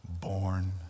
born